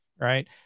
right